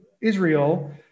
Israel